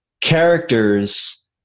characters